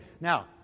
Now